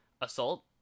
assault